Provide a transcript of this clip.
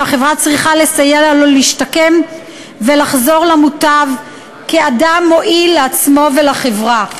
והחברה צריכה לסייע לו להשתקם ולחזור למוטב כאדם מועיל לעצמו ולחברה.